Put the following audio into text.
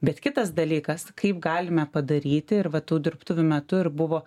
bet kitas dalykas kaip galime padaryti ir va tų dirbtuvių metu ir buvo